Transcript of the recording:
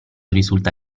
risulta